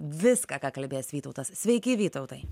viską ką kalbės vytautas sveiki vytautai